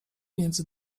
między